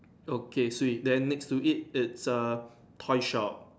okay sweet then next to it it's a toy shop